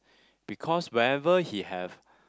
because wherever he have